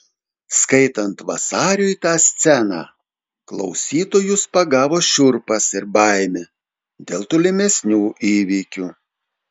skaitant vasariui tą sceną klausytojus pagavo šiurpas ir baimė dėl tolimesnių įvykių